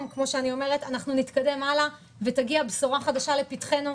נתקדם הלאה ותגיע בשורה חדשה לפתחנו.